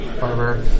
Barber